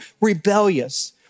rebellious